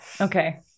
Okay